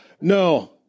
No